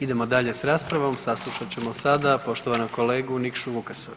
Idemo dalje s raspravom, saslušat ćemo sada poštovanog kolegu Nikšu Vukasa.